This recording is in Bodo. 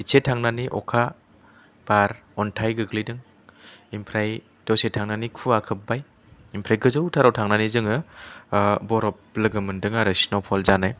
इस्से थांनानै अखा बार अन्थाय गोग्लैदों ओमफ्राय दसे थानानै खुवा खोबबाय ओमफ्राय गोजौथाराव थांनानै ओ बरफ लोगो मोनदों आरो स्न' फ'ल जानाय